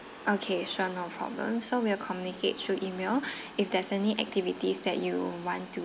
okay sure no problem so we'll communicate through email if there's any activities that you want to